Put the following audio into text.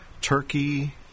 turkey